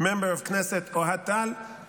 member of Knesset Ohad Tal,